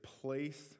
place